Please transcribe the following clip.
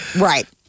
Right